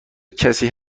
کسی